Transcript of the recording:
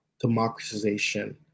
democratization